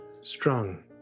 Strong